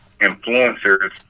influencers